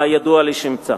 הידוע לשמצה.